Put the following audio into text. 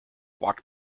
walked